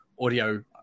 audio